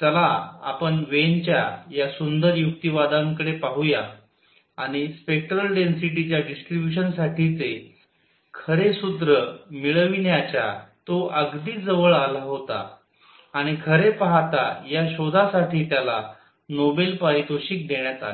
चला आपण वेन च्या या सुंदर युक्तिवादांकडे पाहूया आणि स्पेक्ट्रल डेन्सीटीच्या डिस्ट्रिब्युशन साठीचे खरे सूत्र मिळविण्याच्या तो अगदी जवळ आला होता आणि खरे पाहता या शोधासाठी त्याला नोबेल पारितोषिक देण्यात आले